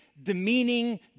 Demeaning